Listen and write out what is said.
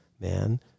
man